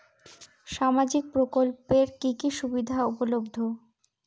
সামাজিক প্রকল্প এর কি কি সুবিধা উপলব্ধ?